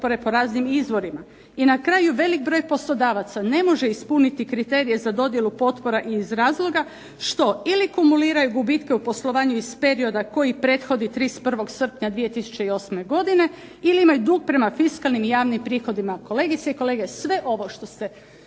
I na kraju velik broj poslodavaca ne može ispuniti kriterije za dodjelu potpora iz razloga što ili kumuliraju gubitke u poslovanju iz perioda koji prethodi 31. srpnja 2008. godine, ili imaju dug prema fiskalnim i javnim prihodima. Kolegice i kolege, sve ovo što je